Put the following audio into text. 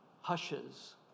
hushes